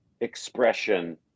expression